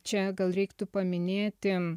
čia gal reiktų paminėti